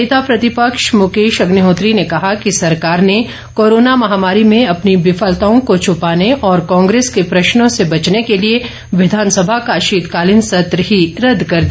नेता प्रतिपक्ष मुकेश अग्निहोत्री ने कहा कि सरकार ने कोरोना महामारी में अपनी विफलताओं को छुपाने और कांग्रेस के प्रश्नों से बचने के लिए विधानसभा का शीतकालीन सत्र ही रद्द कर दिया